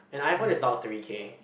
an iPhone is about three K